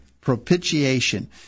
Propitiation